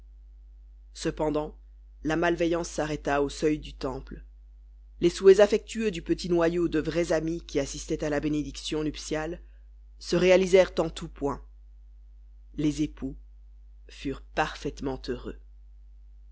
cependant la malveillance s'arrêta au seuil du temple les souhaits affectueux du petit noyau de vrais amis qui assistaient à la bénédiction nuptiale se réalisèrent en tous points les époux furent parfaitement heureux